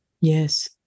yes